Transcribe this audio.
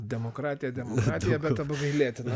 demokratija demokratija bet apgailėtina